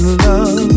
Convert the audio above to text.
love